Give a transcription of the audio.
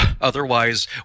Otherwise